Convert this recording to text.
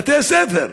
בתי-ספר?